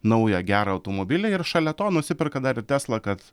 naują gerą automobilį ir šalia to nusiperka dar ir teslą kad